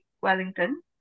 Wellington